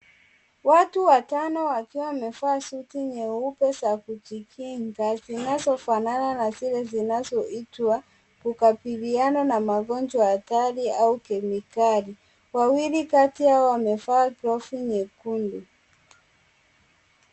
Watu watano wakiwa wamevaa suti nyeupe za kujikinga zinazo fanana na zile zinazoitwa kukabiliana na magonjwa hatari au kemikali. Wawili kati yao wamevaa glovu nyekundu.